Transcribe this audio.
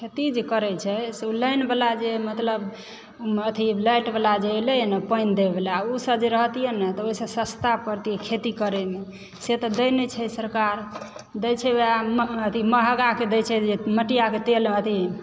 खेती जे करै छै से ओ लाइन वला मतलब अथी लाइट वला जे एलै हँ ने पानि दै वला ओ सब जे रहतियै ने तऽ ओहिसँ सस्ता परतियै खेती करैमे से तऽ दै नहि छै सरकार दै छै ओएह अथी महगाके दै छै जे मटिया कऽ तेल अथी